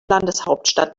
landeshauptstadt